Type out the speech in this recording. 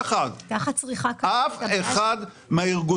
לכן אני חושבת שזה מהלך נכון,